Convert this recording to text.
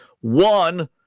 One